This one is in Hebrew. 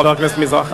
חבר הכנסת מזרחי.